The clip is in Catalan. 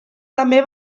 també